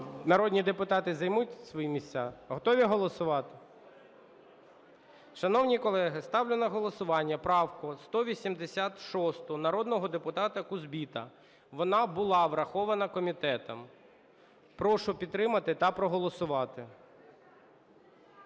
Народні депутати займуть свої місця. Готові голосувати? Шановні колеги, ставлю на голосування правку 186 народного депутата Кузбита. Вона була врахована комітетом. Прошу підтримати та проголосувати.